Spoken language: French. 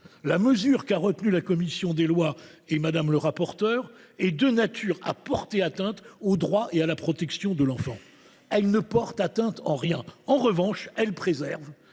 la disposition retenue par la commission des lois et Mme le rapporteur serait elle de nature à porter atteinte aux droits et à la protection de l’enfant ? Elle ne leur porte atteinte en rien. En revanche, elle préserve